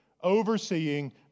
overseeing